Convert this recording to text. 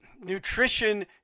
nutrition